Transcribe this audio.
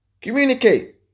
Communicate